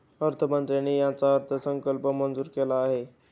अर्थमंत्र्यांनी याचा अर्थसंकल्प मंजूर केला आहे